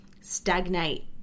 stagnate